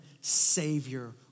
savior